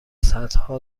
صدها